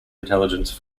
intelligence